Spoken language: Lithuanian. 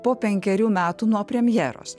po penkerių metų nuo premjeros